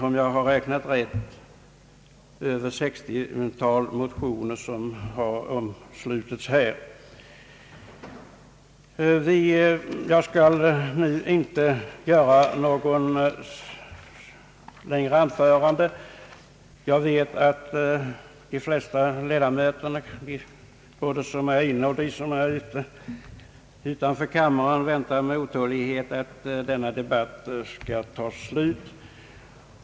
Om jag räknat rätt har över ett 60-tal motioner avgivits i anslutning till propositionen. Jag kommer inte att hålla något längre anförande, ty jag vet att de flesta l1edamöterna — både de som är inne i kammaren och de som är utanför — med otålighet väntar på att denna debatt skall ta slut.